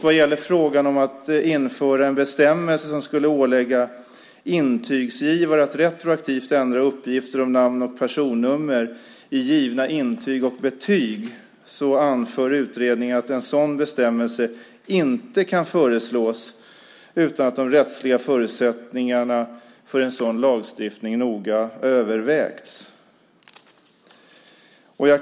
Vad gäller frågan om att införa en bestämmelse som skulle ålägga intygsgivare att retroaktivt ändra uppgifter om namn och personnummer i givna intyg och betyg anför utredningen att en sådan bestämmelse inte kan föreslås utan att de rättsliga förutsättningarna för en sådan lagstiftning noga övervägs.